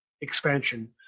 expansion